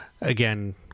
again